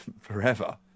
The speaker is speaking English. forever